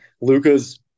Luca's